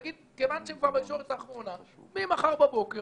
תגיד: מכיוון שהם כבר בישורת האחרונה, ממחר בבוקר